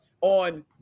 on